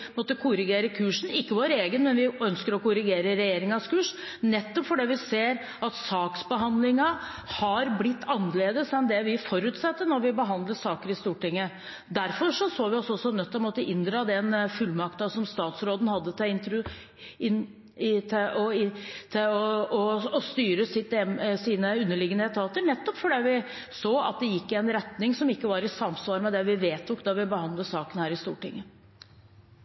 måtte inndra den fullmakten statsråden hadde overfor sine underliggende etater, nettopp fordi vi så at det gikk i en retning som ikke var i samsvar med det vi vedtok da vi behandlet saken her i Stortinget.